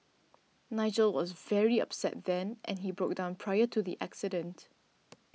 Nigel was very upset then and he broke down prior to the accident